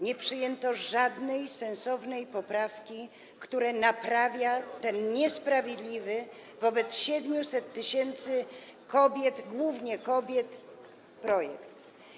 Nie przyjęto żadnej sensownej poprawki, która naprawia ten niesprawiedliwy wobec 700 tys. kobiet - głównie kobiet - projekt.